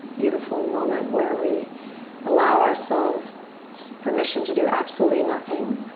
beautiful moment where we allow ourselves permission to do absolutely nothing.